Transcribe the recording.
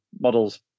models